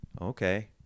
okay